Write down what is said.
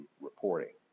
reporting